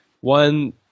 one